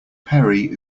perry